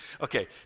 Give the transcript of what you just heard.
Okay